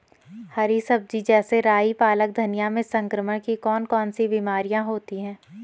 हरी सब्जी जैसे राई पालक धनिया में संक्रमण की कौन कौन सी बीमारियां होती हैं?